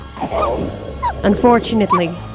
Unfortunately